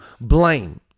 blame